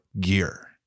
gear